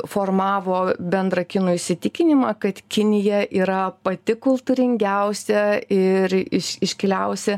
formavo bendrą kinų įsitikinimą kad kinija yra pati kultūringiausia ir iš iškiliausia